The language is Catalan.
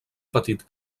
petit